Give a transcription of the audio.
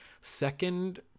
second